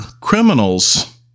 criminals